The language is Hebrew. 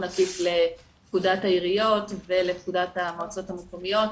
עקיף לפקודת העיריות ולפקודת המועצות המקומיות,